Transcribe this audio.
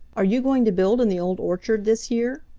are you going to build in the old orchard this year?